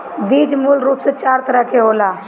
बीज मूल रूप से चार तरह के होला